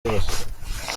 zose